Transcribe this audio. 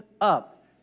up